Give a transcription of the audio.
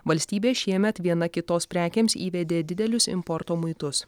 valstybė šiemet viena kitos prekėms įvedė didelius importo muitus